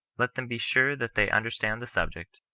let them be sure that they un derstand the subject,